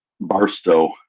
Barstow